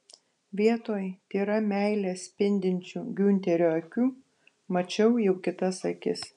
vietoj tyra meile spindinčių giunterio akių mačiau jau kitas akis